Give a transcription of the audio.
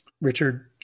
Richard